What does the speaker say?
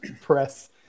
press